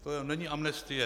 To není amnestie.